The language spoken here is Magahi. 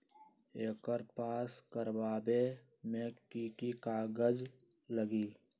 एकर पास करवावे मे की की कागज लगी?